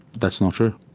that's not true.